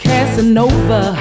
Casanova